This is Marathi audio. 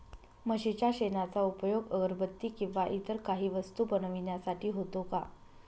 म्हशीच्या शेणाचा उपयोग अगरबत्ती किंवा इतर काही वस्तू बनविण्यासाठी होतो का?